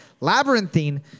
labyrinthine